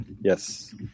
yes